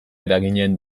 eraginen